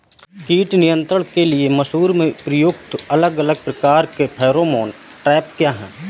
कीट नियंत्रण के लिए मसूर में प्रयुक्त अलग अलग प्रकार के फेरोमोन ट्रैप क्या है?